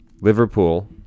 Liverpool